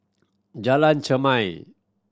Jalan Chermai